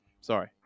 Sorry